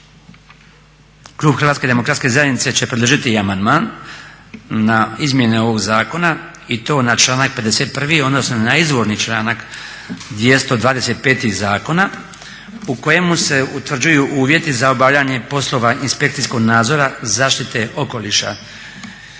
u pravu. Nadalje, klub HDZ-a će predložiti i amandman na izmjene ovog zakona i to na članak 51. odnosno na izvorni članak 225. zakona u kojemu se utvrđuju uvjeti za obavljanje poslova inspekcijskog nadzora zaštite okoliša.